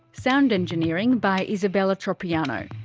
sound engineering by isabella tropiano.